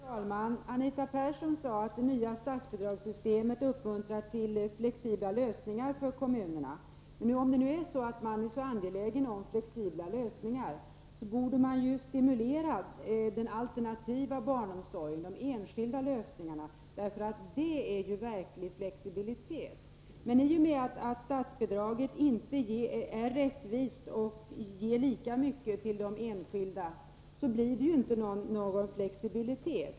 Herr talman! Anita Persson sade att det nya statsbidragssystemet uppmuntrar till flexibla lösningar för kommunerna. Men om det nu är så att man är så angelägen om flexibla lösningar borde man stimulera den alternativa barnomsorgen och de enskilda lösningarna. Det ger ju verklig flexibilitet. Men i och med att statsbidraget inte är rättvist och ger lika mycket till de enskilda, blir det ju inte någon flexibilitet.